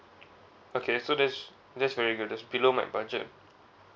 okay so that's that's very good that's below my budget